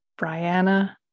Brianna